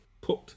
put